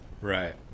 Right